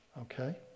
okay